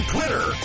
Twitter